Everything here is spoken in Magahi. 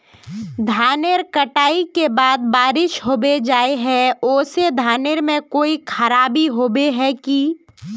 धानेर कटाई के बाद बारिश होबे जाए है ओ से धानेर में कोई खराबी होबे है की?